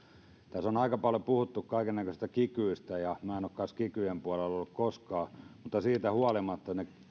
tässä on aika paljon puhuttu kaikennäköistä kikyistä ja myöskään minä en ole kikyjen puolella ollut koskaan mutta siitä huolimatta niitä